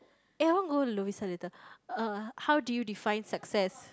eh I want go to Lovisa later uh how do you define success